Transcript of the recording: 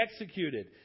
executed